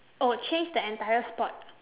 oh change the entire sport